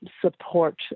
support